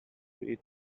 eat